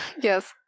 Yes